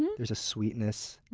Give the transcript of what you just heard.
and there's a sweetness,